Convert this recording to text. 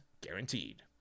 guaranteed